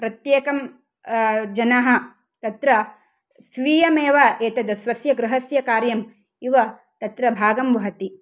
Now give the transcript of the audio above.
प्रत्येकं जनः तत्र स्वीयमेव एतद् स्वस्यगृहस्य कार्यम् इव तत्र भागं वहति